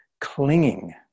clinging